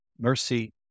mercy